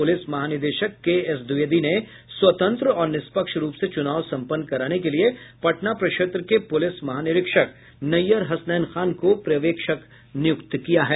police महानिदेशक K S Dwivedi ने स्वतंत्र और निष्पक्ष रूप से चुनाव सम्पन्न कराने के लिए पटना प्रक्षेत्र के पुलिस महानिरीक्षक नैयर हसनैन खान को पर्यवेक्षक नियुक्त किया है